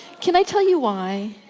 can i tell you why?